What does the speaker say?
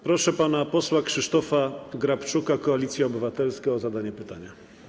Proszę pana posła Krzysztofa Grabczuka, Koalicja Obywatelska, o zadanie pytania.